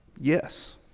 Yes